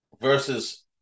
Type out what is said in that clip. versus